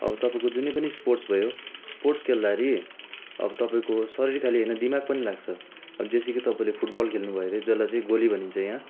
अब तपाईँको जुनै पनि स्पोर्ट्स भयो स्पोर्ट्स खेल्दाखेरि अब तपाईँको शरीर खालि होइन दिमाग पनि लाग्छ अब जस्तो कि फुटबल खेल्नु भयो रे जसलाई चाहिँ गोली भनिन्छ यहाँ